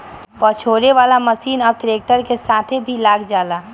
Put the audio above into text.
पछोरे वाला मशीन अब ट्रैक्टर के साथे भी लग जाला